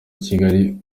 kigali